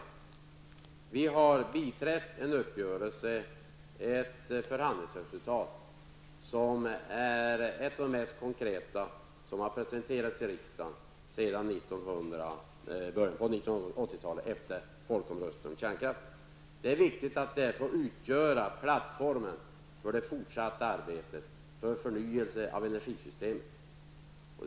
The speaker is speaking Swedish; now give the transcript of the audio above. Centerpartiet har biträtt en uppgörelse och uppnått ett förhandlingsresultat som är ett av de mest konkreta som presenterats i riksdagen sedan början av 1980-talet efter folkomröstningen om kärnkraften. Det är viktigt att detta utgör plattformen för det fortsatta arbetet för förnyelse av energisystemet.